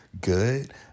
good